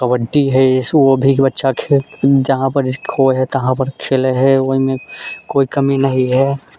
कबड्डी हय ओ भी सभी बच्चा खेलत जहाँपर सीखबै तहाँपर खेलै हय ओइमे कोइ कमी नहि हय